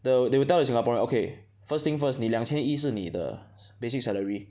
the they will tell the Singaporean okay first thing first 你两千一是你的 basic salary